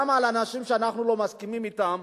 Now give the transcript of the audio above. גם לגבי אנשים שאנחנו לא מסכימים אתם,